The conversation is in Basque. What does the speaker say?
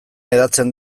hedatzen